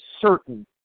certain